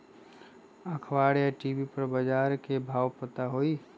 अखबार या टी.वी पर बजार के भाव पता होई?